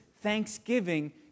thanksgiving